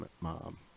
mom